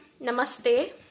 Namaste